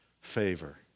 favor